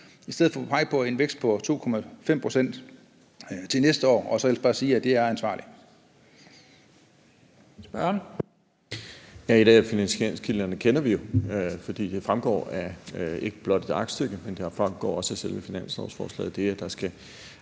i stedet for pege på en vækst på 2,5 pct. til næste år, og så ellers bare sige, at det er ansvarligt.